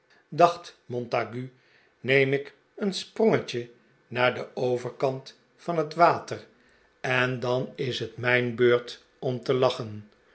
montague neem ik een sprongetje naar den overkant van het water en dan is het mij n beurt om te lachen